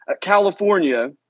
California